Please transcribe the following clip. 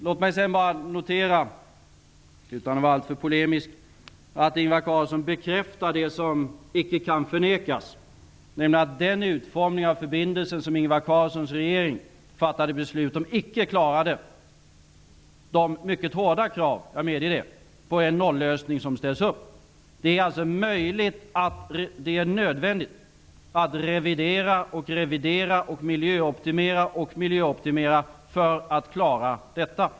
Låt mig sedan bara notera, utan att vara alltför polemisk, att Ingvar Carlsson bekräftar det som icke kan förnekas, nämligen att den utformning av förbindelsen som Ingvar Carlssons regering fattade beslut om icke klarade de mycket hårda krav -- jag medger det -- som ställs på en nollösning. Det är nödvändigt att revidera och revidera, miljöoptimera och miljöoptimera för att klara detta.